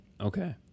Okay